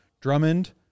Drummond